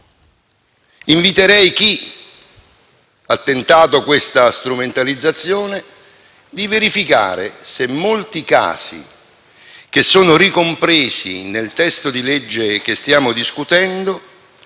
inviterei chi ha tentato questa strumentalizzazione a verificare se molti casi ricompresi nel disegno di legge che stiamo discutendo